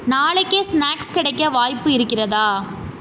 நாளைக்கே ஸ்நாக்ஸ் கிடைக்க வாய்ப்பு இருக்கிறதா